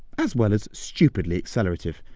as well as stupidly accelerative.